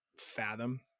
Fathom